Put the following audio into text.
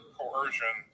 coercion